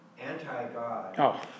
anti-God